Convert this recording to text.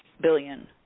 billion